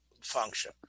function